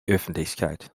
öffentlichkeit